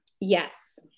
Yes